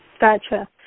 Gotcha